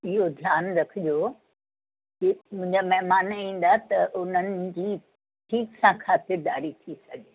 इहो ध्यानु रखिजो की मुंहिंजा महिमान ईंदा त उन्हनि जी ठीक सां खातिरदारी थी सघे